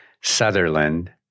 Sutherland